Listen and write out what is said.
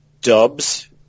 dubs